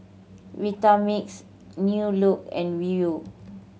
Vitamix New Look and Viu